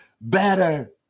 Better